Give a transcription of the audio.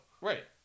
Right